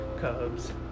Cubs